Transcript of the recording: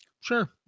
Sure